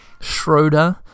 Schroeder